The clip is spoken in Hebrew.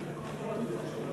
אדוני היושב בראש, חברי השרים,